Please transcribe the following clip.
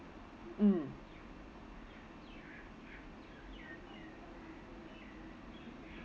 mm